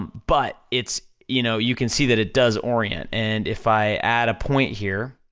but it's, you know, you can see that it does orient, and if i add a point here,